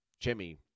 Jimmy